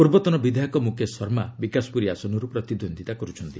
ପୂର୍ବତନ ବିଧାୟକ ମୁକେଶ ଶର୍ମା ବିକାଶପୁରୀ ଆସନରୁ ପ୍ରତିଦ୍ୱନ୍ଦିତା କରୁଛନ୍ତି